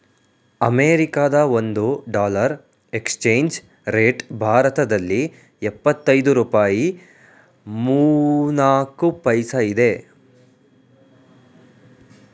ಅಮೆರಿಕದ ಒಂದು dollar exchange rate ಭಾರತದಲ್ಲಿ ಎಪ್ಪತ್ತೈದು ರೂಪಾಯಿ ಮೂವ್ನಾಲ್ಕು ಪೈಸಾ ಇದೆ